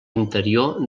interior